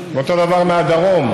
ואותו דבר מהדרום.